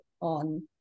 on